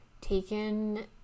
taken